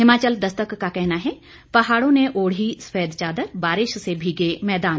हिमाचल दस्तक का कहना है पहाड़ों ने ओढ़ी सफेद चादर बारिश से भीगे मैदान